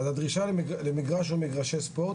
אז הדרישה למגרש או מגרשי ספורט,